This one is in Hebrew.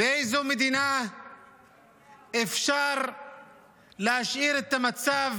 באיזו מדינה אפשר להשאיר את המצב